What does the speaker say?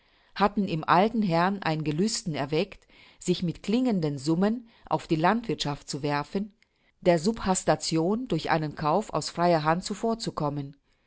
hatten im alten herrn ein gelüsten erweckt sich mit klingenden summen auf die landwirthschaft zu werfen der subhastation durch einen kauf aus freier hand zuvorzukommen